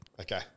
Okay